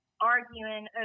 arguing